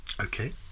Okay